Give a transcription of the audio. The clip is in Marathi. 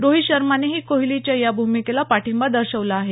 रोहित शर्मानेही कोहलीच्या या भूमिकेला पाठिंबा दर्शवला आहे